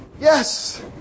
Yes